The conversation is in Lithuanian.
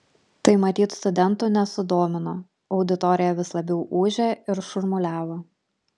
tai matyt studentų nesudomino auditorija vis labiau ūžė ir šurmuliavo